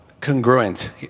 congruent